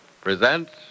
presents